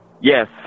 Yes